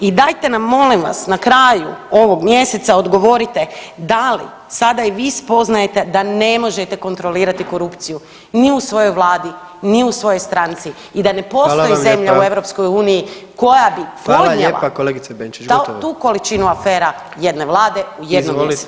I dajte nam molim vas na kraju ovog mjeseca odgovorite, da li sada i vi spoznajete da ne možete kontrolirati korupciju ni u svojoj vladi, ni u svojoj stranci [[Upadica predsjednik: Hvala vam lijepa.]] i da ne postoji zemlja u EU koja bi [[Upadica predsjednik: Hvala lijepa kolegice Benčić.]] podnijela tu količinu afera jedne vlade u jednom mjesecu?